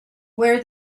where